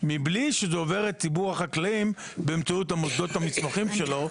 בלי שזה עובר את ציבור החקלאים באמצעות המוסדות המוסמכים שלו,